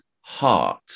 Heart